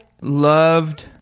loved